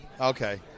Okay